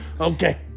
Okay